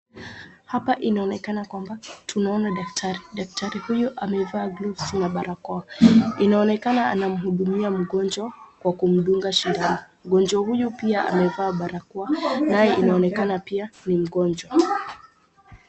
Hapa inaonekana kwamba tunaona daktari, daktari huyu amevaa glovsi na barakoa . Inaonekana anamhudumia mgonjwa kwa kumdunga sindano, mgonjwa huyu pia amevaa barakoa naye inaonekana pia ni mgonjwa.